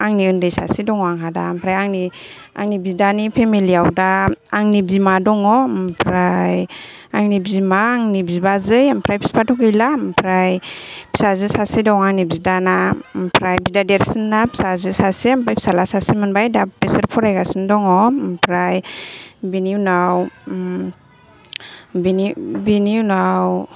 आंनि उन्दै सासे दं आंहा दा ओमफ्राय आंनि आंनि बिदानि फेमेलि याव दा आंनि बिमा दङ ओमफ्राय आंनि बिमा आंनि बिबाजै ओमफ्राय बिफाथ' गैला ओमफ्राय फिसाजो सासे दं आंनि बिदाना ओमफ्राय बिदा देरसिनना फिसाजो सासे ओमफ्राय फिसाज्ला सासे मोनबाय दा बिसोर फरायगासिनो दङ ओमफ्राय बेनि उनाव बेनि उनाव